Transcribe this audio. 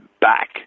back